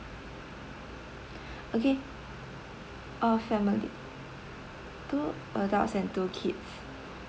okay uh family two adults and two kids